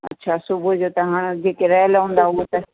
अच्छा सुबुह जो तव्हां जेके रहल हूंदा उहो त